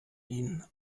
ihnen